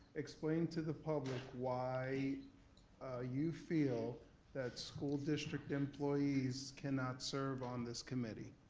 explain to the public why you feel that school district employees cannot serve on this committee,